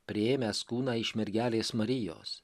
priėmęs kūną iš mergelės marijos